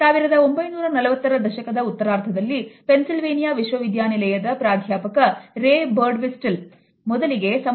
1940ರ ದಶಕದ ಉತ್ತರಾರ್ಧದಲ್ಲಿ ಪೆನ್ಸಿಲ್ವೇನಿಯಾ ವಿಶ್ವವಿದ್ಯಾನಿಲಯದ ಪ್ರಾಧ್ಯಾಪಕ ರೇ ಬರ್ಡ್ವಿಸ್ಟೆಲ್ Prof